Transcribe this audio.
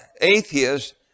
atheists